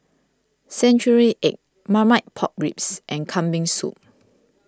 Century Egg Marmite Pork Ribs and Kambing Soup